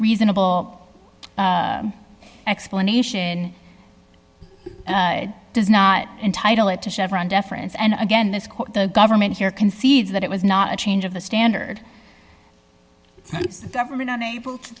reasonable explanation does not entitle it to chevron deference and again this court the government here concedes that it was not a change of the standard government unable to